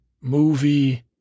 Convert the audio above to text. movie